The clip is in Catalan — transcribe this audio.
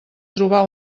trobar